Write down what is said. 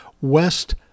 West